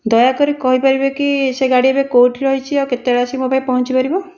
ଦୟାକରି କହିପାରିବେ କି ସେ ଗାଡ଼ି ଏବେ କେଉଁଠି ରହିଛି ଆଉ କେତେବେଳେ ଆସିକି ମୋ' ପାଖରେ ପହଞ୍ଚି ପାରିବ